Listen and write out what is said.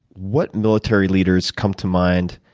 what military leaders come to mind